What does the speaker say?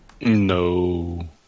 No